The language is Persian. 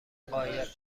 قایق